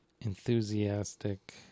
Enthusiastic